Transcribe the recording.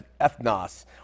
ethnos